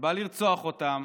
שבא לרצוח אותם